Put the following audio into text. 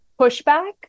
pushback